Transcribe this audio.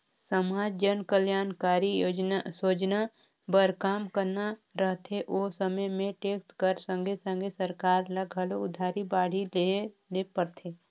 समाज जनकलयानकारी सोजना बर काम करना रहथे ओ समे में टेक्स कर संघे संघे सरकार ल घलो उधारी बाड़ही लेहे ले परथे